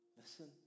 listen